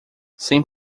sem